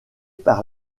par